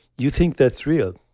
you think that's real.